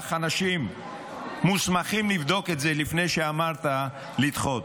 אנשים מוסמכים לבדוק את זה לפני שאמרת לדחות.